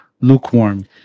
lukewarm